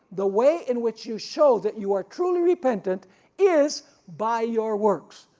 the way in which you show that you are truly repentant is by your works.